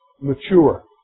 Mature